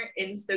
Instagram